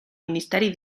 ministeri